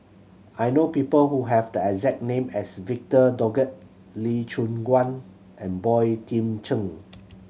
I know people who have the exact name as Victor Doggett Lee Choon Guan and Boey Kim Cheng